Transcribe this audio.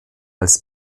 als